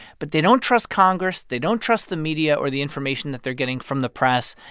but they don't trust congress, they don't trust the media or the information that they're getting from the press,